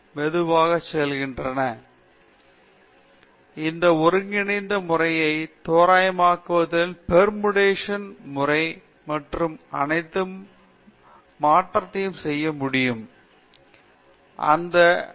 ஐம்பது மற்றும் அறுபதுகளில் நீங்கள் வேகமான ஒருங்கிணைந்த முறையை இந்த ஒருங்கிணைந்த முறையை தோராயமாக்குதலின் பெர்டெர்பேஷன் முறை மற்றும் அனைத்து ஒற்றுமை மாற்றத்தையும் செய்ய முடியும் மற்றும் இரண்டு வகையான ரூட் ஆம்பால் y க்கு சமமாக இருக்கும்